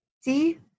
See